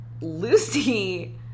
Lucy